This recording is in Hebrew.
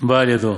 בא על ידו,